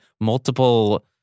multiple